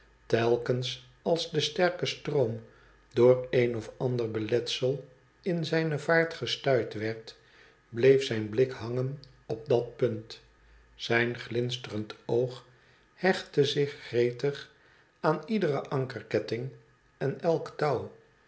telkens als de sterke stroom door een of ander beletsel in zijne vaart gestuit werd bleef zijn blik hangen op dat punt zijn glinsterend oog hechtte zich gretig aan lederen ankerketting en elk touw